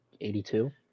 82